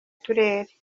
turere